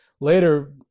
later